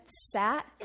sat